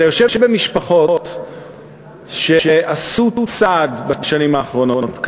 אתה יושב אצל משפחות שעשו צעד קדימה בשנים האחרונות,